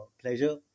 pleasure